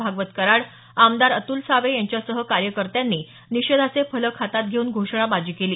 भागवत कराड आमदार अत्लजी सावे यांच्यासह कार्यककर्त्यांनी निषेधाचे फलक हातात घेऊन घोषणाबाजी केली